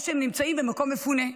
או שהעסקים נמצאים במקום מפונה,